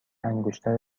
انگشتر